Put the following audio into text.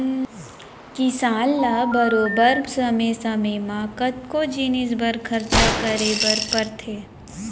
किसान ल बरोबर समे समे म कतको जिनिस बर खरचा करे बर परथे